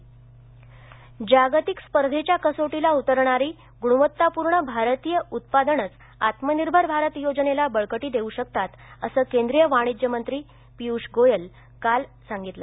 गोयल जागतिक स्पर्धेच्या कसोटीला उतरणारी गुणवत्तापूर्ण भारतीय उत्पादनंच आत्मनिर्भर भारत योजनेला बळकटी देऊ शकतात असं केंद्रीय वाणिज्य मंत्री पीयूष गोयल काल यांनी काल सांगितलं